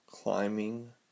climbing